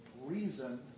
reason